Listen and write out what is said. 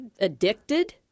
addicted